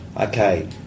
Okay